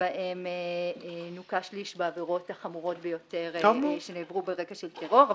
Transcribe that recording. שבהם נוכה שליש בעבירות החמורות ביותר שנעברו ברקע של טרור,